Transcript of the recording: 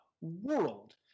world